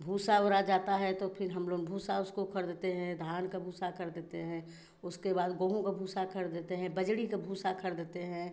भूसा ओरा जाता है तो फिर हम लोग भूसा उसको खरीदते हैं धान का भूसा खरीदते हैं उसके बाद गेहूँ का भूसा खरीदते हैं बजड़ी का भूसा खरीदते हैं